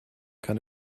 kann